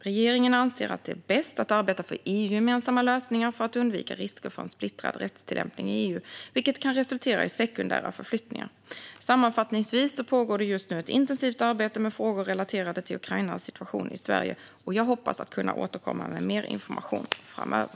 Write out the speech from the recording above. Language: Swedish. Regeringen anser att det är bäst att arbeta för EU-gemensamma lösningar för att undvika risker för en splittrad rättstillämpning i EU, vilket kan resultera i sekundära förflyttningar. Sammanfattningsvis pågår just nu ett intensivt arbete med frågor relaterade till ukrainares situation i Sverige, och jag hoppas kunna återkomma med mer information framöver.